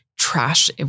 trash